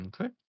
Okay